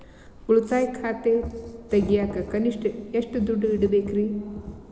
ಉಳಿತಾಯ ಖಾತೆ ತೆಗಿಯಾಕ ಕನಿಷ್ಟ ಎಷ್ಟು ದುಡ್ಡು ಇಡಬೇಕ್ರಿ?